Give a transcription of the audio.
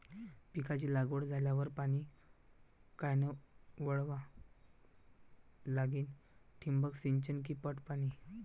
पिकाची लागवड झाल्यावर पाणी कायनं वळवा लागीन? ठिबक सिंचन की पट पाणी?